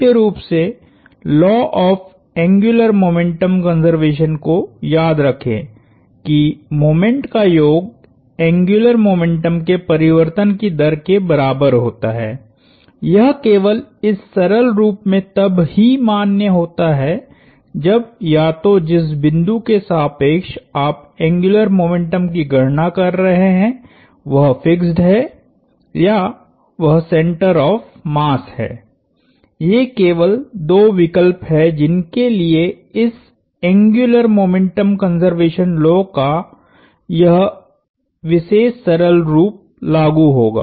मुख्य रूप से law of angular momentum conservation को याद रखें कि मोमेंट का योग एंग्युलर मोमेंटम के परिवर्तन की दर के बराबर होता है यह केवल इस सरल रूप में तब ही मान्य होता है जब या तो जिस बिंदु के सापेक्ष आप एंग्युलर मोमेंटम की गणना कर रहे हैं वह फिक्स्ड है या वह सेंटर ऑफ़ मास है ये केवल दो विकल्प हैं जिनके लिए इस एंग्युलर मोमेंटम कंज़र्वेशन लॉ का यह विशेष सरल रूप लागू होगा